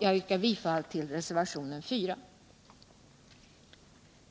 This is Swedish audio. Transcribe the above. Jag yrkar bifall till reservationen 4.